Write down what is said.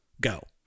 go